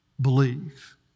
believe